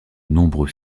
nombreux